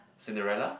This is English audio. Cinderella